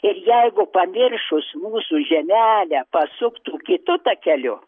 ir jeigu pamiršus mūsų žemelę pasuktų kitu takeliu